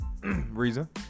Reason